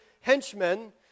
henchmen